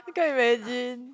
you can't imagine